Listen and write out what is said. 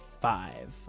five